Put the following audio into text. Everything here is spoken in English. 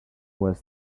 was